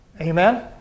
Amen